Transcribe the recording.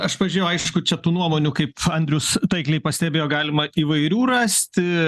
aš pažiūrėjau aišku čia tų nuomonių kaip andrius taikliai pastebėjo galima įvairių rasti